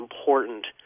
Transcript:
important